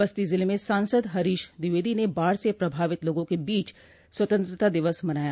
बस्ती जिले में सांसद हरीश द्विवेदी ने बाढ़ से प्रभावित लागों के बीच स्वतंत्रता दिवस मनाया